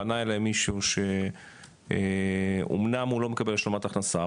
פנה אליי מישהו שאמנם הוא לא מקבל השלמת הכנסה,